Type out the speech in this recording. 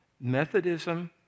Methodism